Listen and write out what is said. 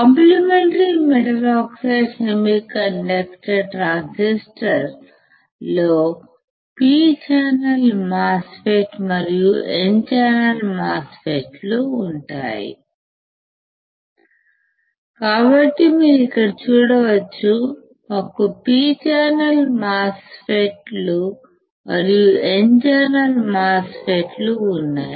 complementary metal oxide semiconductor ట్రాన్సిస్టర్లో P channel MOS FET మరియు N channel MOS FET ఉంటాయి కాబట్టి మీరు ఇక్కడ చూడవచ్చు మాకు P ఛానల్ మాస్ ఫెట్ లు మరియు N ఛానల్ మాస్ ఫెట్ ఉన్నాయి